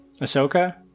ahsoka